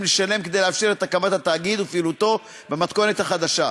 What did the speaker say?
לשלם כדי לאפשר את הקמת התאגיד ואת פעילותו במתכונת החדשה.